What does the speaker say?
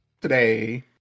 today